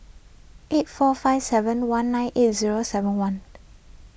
eight four five seven one nine eight zero seven one